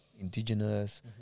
Indigenous